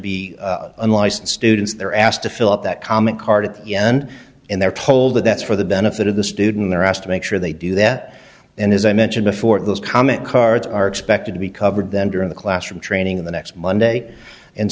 be unlicensed students they're asked to fill up that comment card at the end and they're told that that's for the benefit of the student they're asked to make sure they do that and as i mentioned before those comment cards are expected to be covered that in the classroom training the next monday and